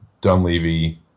Dunleavy